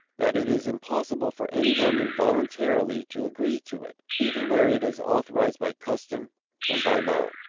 that it is impossible for any woman voluntarily to agree to it, even where it is authorized by custom and by law.